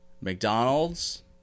McDonald's